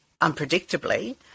unpredictably